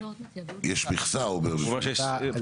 סליחה אדוני יושב הראש,